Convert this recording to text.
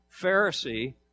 pharisee